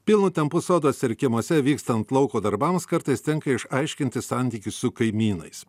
pilnu tempu soduose ir kiemuose vykstant lauko darbams kartais tenka aiškintis santykį su kaimynais